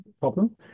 problem